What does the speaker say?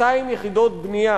200 יחידות בנייה,